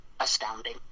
Astounding